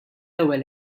ewwel